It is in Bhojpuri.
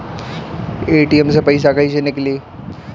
ए.टी.एम से पइसा कइसे निकली?